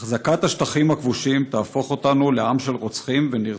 החזקת השטחים הכבושים תהפוך אותנו לעם של רוצחים ונרצחים.